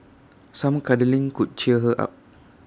some cuddling could cheer her up